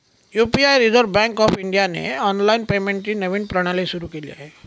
UPI reserve bank of इंडियाने online पेमेंटची नवीन प्रणाली सुरू केली आहे